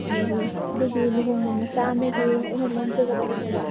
ꯑꯗꯨꯒꯤ ꯑꯗꯨꯒꯤ ꯂꯨꯍꯣꯡꯕ ꯃꯆꯥ ꯑꯃꯒꯤ ꯑꯩꯅ ꯂꯧꯖꯒꯗꯕꯅꯦꯕ